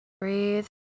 Breathe